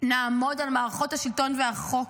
מערכות השלטון והחוק,